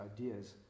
ideas